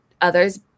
others